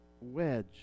wedge